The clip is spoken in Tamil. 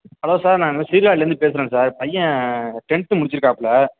ஹலோ சார் நாங்கள் சீர்காழிலேருந்து பேசுகிறோங்க சார் பையன் டென்த்து முடிச்சுருக்காப்புல